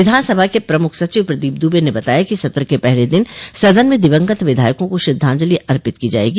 विधान सभा के प्रमुख सचिव प्रदीप दुबे ने बताया कि सत्र के पहले दिन सदन में दिवंगत विधायकों को श्रद्धांजलि अर्पित की जायेगी